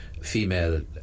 female